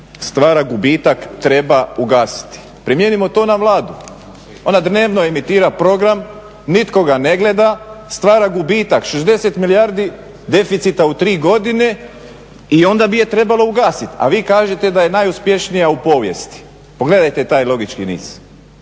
stvara gubitak, treba ugasiti. Primijenimo to na Vladu, ona dnevno imitira program, nitko ga ne gleda, stvara gubitak 60 milijardi deficita u tri godine i onda bi je trebalo ugasiti. A vi kažete da je najuspješnija u povijesti. Pogledajte taj logički niz